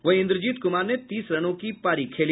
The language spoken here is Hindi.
वहीं इंद्रजीत कुमार ने तीस रनों की पारी खेली